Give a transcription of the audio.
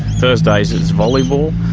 thursdays it's volleyball,